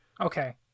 Okay